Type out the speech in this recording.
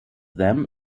them